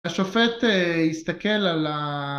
השופט הסתכל על ה...